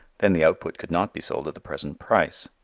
then the output could not be sold at the present price.